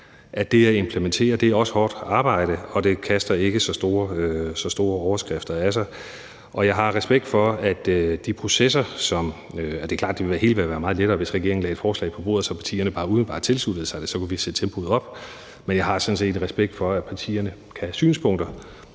at det at implementere også er hårdt arbejde, og at det ikke kaster så store overskrifter af sig. Jeg har respekt for de processer. Det er klart, det hele ville være meget lettere, hvis regeringen lagde et forslag på bordet, som partierne bare umiddelbart tilsluttede sig. Så kunne vi sætte tempoet op. Men jeg har sådan set respekt for, at partierne kan have synspunkter,